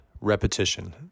repetition